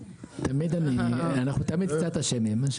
אנחנו תמיד קצת אשמים.